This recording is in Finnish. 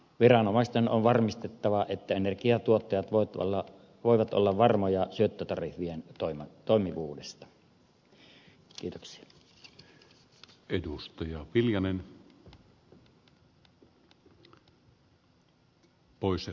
viranomaisten on varmistettava että energiantuottajat voivat olla varmoja syöttötariffien toimivuudesta